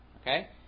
Okay